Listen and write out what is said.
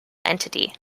entity